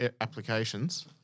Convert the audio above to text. applications